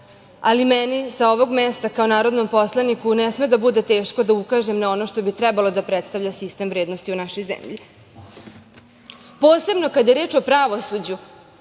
ali meni, sa ovog mesta, kao narodnom poslaniku, ne sme da bude teško da ukažem na ono što bi trebalo da predstavlja sistem vrednosti u našoj zemlji. Posebno kada je reč o pravosuđu,